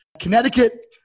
Connecticut